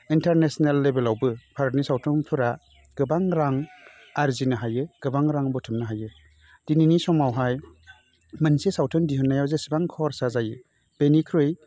international लेबेलावबो भारतनि सावथुनफोरा गोबां रां आरजिनो हायो गोबां रां बुथुमनो हायो दिनैनि समाव मोनसे सावथुन दिहुन्नायनि जेसेबां खरसा जायो बेनिख्रुइ